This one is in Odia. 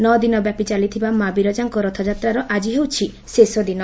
ନଅ ଦିନ ବ୍ୟାପୀ ଚାଲିଥିବା ମା ବିରଜାଙ୍କ ରଥଯାତ୍ରାର ଆକି ହେଉଛି ଶେଷ ଦିନ